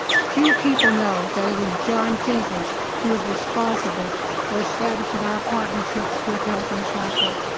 few people know that it was john jenkins who was responsible for establishing our partnership with hilton chapel.